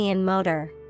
motor